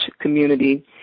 community